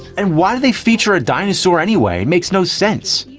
and why do they feature a dinosaur anyway? it makes no sense!